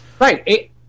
Right